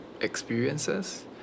Experiences